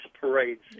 parades